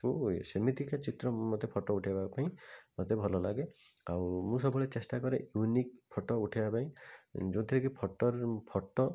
ହୁଏ ସେମିତିକା ଚିତ୍ର ମୋତେ ଫୋଟୋ ଉଠେଇବା ପାଇଁ ମୋତେ ଭଲଲାଗେ ଆଉ ମୁଁ ସବୁବେଳେ ଚେଷ୍ଟାକରେ ୟୁନିକ୍ ଫୋଟୋ ଉଠେଇବା ପାଇଁ ଯେଉଁଥିରେ କି ଫୋଟୋର ମୁଁ ଫୋଟୋ